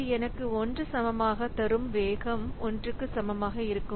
இது எனக்கு 1 சமமாக தரும் வேகம் 1 க்கு சமமாக இருக்கும்